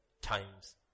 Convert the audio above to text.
times